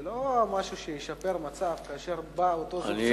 זה לא משהו שישפר את המצב כאשר בא אותו זוג צעיר,